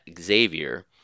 Xavier